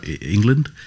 England